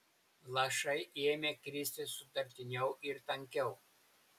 lašai ėmė kristi sutartiniau ir tankiau